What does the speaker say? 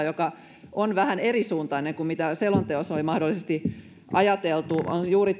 joka on vähän erisuuntainen kuin mitä selonteossa oli mahdollisesti ajateltu on juuri